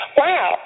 wow